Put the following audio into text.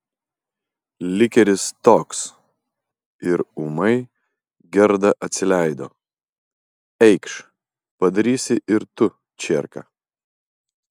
likeris toks ir ūmai gerda atsileido eikš padarysi ir tu čierką